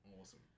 Awesome